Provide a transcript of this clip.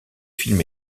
film